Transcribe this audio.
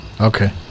Okay